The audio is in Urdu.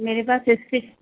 میرے پاس